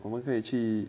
我们可以去